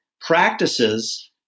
practices